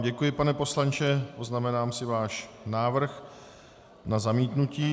Děkuji vám, pane poslanče, poznamenám si váš návrh na zamítnutí.